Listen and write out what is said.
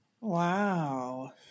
wow